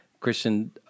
Christian